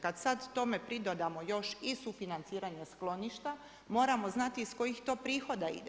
Kad sad tome pridodamo još i sufinanciranje skloništa, moramo znati iz kojih to prihod ide.